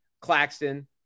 Claxton